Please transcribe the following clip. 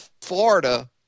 Florida